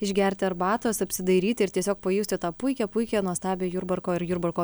išgerti arbatos apsidairyti ir tiesiog pajusti tą puikią puikią nuostabią jurbarko ir jurbarko